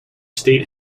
state